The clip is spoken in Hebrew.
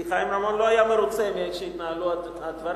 כי חיים רמון לא היה מרוצה מהתנהלות הדברים,